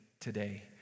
today